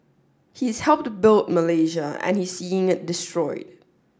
he's helped built Malaysia and he's seeing it destroyed